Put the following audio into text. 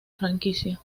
franquicia